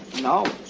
No